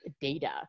data